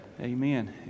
Amen